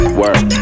work